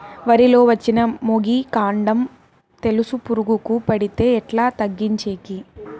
వరి లో వచ్చిన మొగి, కాండం తెలుసు పురుగుకు పడితే ఎట్లా తగ్గించేకి?